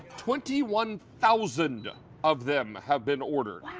twenty one thousand of them have been ordered.